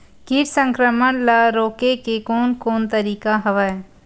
कीट संक्रमण ल रोके के कोन कोन तरीका हवय?